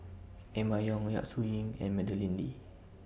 Emma Yong Yap Su Yin and Madeleine Lee